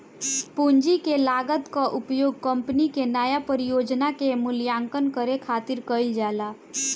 पूंजी के लागत कअ उपयोग कंपनी के नया परियोजना के मूल्यांकन करे खातिर कईल जाला